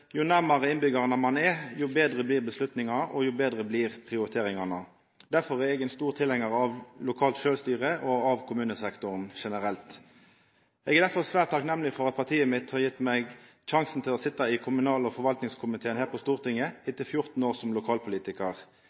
jo nærmare innbyggjarane ein er, jo betre blir vedtaka og jo betre blir prioriteringane. Derfor er eg ein stor tilhengar av lokalt sjølvstyre og av kommunesektoren generelt. Eg er derfor svært takknemleg for at partiet mitt har gitt meg sjansen til å sitja i kommunal- og forvaltningskomiteen her på Stortinget, etter 14 år som lokalpolitikar.